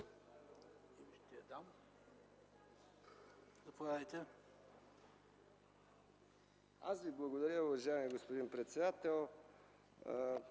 (ДПС): Благодаря, уважаеми господин председател.